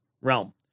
realm